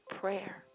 prayer